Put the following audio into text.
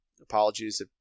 apologies